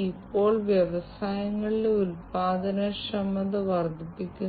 ഈ receiver unit മനസ്സിലാക്കാൻ പോകുന്നു അയച്ചയാളുടെ യൂണിറ്റ് അയച്ച സെൻസറുമായി ബന്ധിപ്പിച്ച